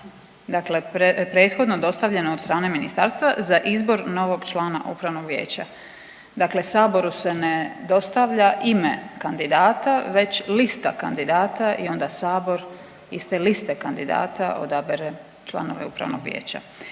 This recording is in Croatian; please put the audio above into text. Dakle, prethodno dostavljeno od strane ministarstva za izbor novog člana Upravnog vijeća. Dakle, Saboru se ne dostavlja ime kandidata već lista kandidata i onda Sabor iz te liste kandidata odabere članove upravnog vijeća.